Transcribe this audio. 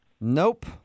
nope